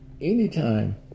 Anytime